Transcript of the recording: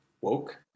woke